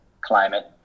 climate